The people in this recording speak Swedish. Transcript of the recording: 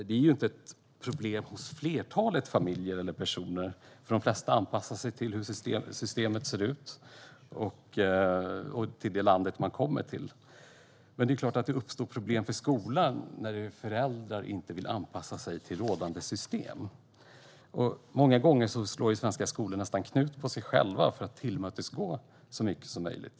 Det är inte ett problem hos de flesta familjer eller personer att anpassa sig till hur systemet ser ut och till det land man kommer till. Men det är klart att det uppstår problem för skolan när föräldrar inte vill anpassa sig till rådande system. Många gånger slår svenska skolor nästan knut på sig själva för att tillmötesgå så många som möjligt.